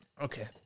Okay